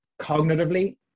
Cognitively